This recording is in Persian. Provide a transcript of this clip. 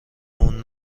اون